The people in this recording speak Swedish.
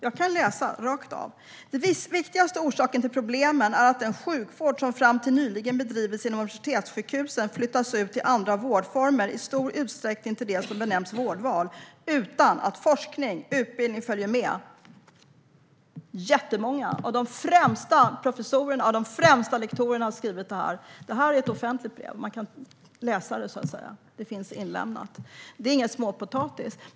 Jag kan läsa rakt av: Den viktigaste orsaken till problemen är att den sjukvård som fram till nyligen bedrivits inom universitetssjukhusen flyttas ut till andra vårdformer, i stor utsträckning till det som benämns vårdval, utan att forskning och utbildning följer med. Det är jättemånga av de främsta professorerna och lektorerna som har skrivit detta i ett offentligt brev. Det är ingen småpotatis.